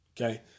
Okay